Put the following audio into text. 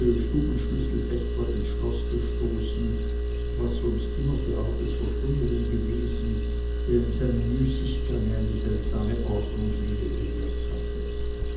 stubenschlüssel fester ins schloß gestoßen was sonst immer die art des verschwundenen gewesen der in seinem müßiggange eine seltsame ordnungsliebe bewährt hatte